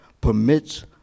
permits